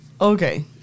okay